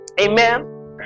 Amen